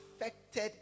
affected